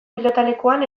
pilotalekuetan